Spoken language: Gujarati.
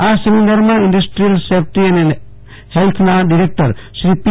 આ સેમિનારમાં industrial safety and health director Shri P